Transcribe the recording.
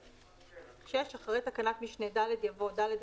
יותר מאלה: (1) לגבי טכוגרף בעל דיסקות,